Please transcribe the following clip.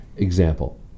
Example